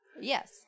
Yes